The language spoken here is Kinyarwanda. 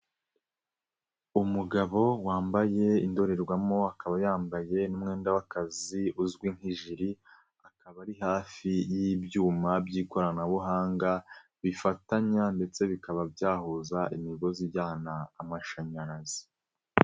Umugabo wambaye indorerwamo, akaba yambaye n'umwenda w'akazi uzwi nk'ijiri, akaba ari hafi y'ibyuma by'ikoranabuhanga, bifatanya ndetse bikaba byahuza imigozi ijyana amashanyarazi.